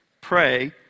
pray